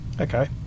Okay